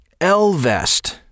LVEST